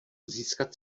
získat